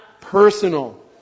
personal